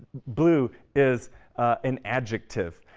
blue is an adjective,